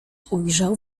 ujrzał